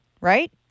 right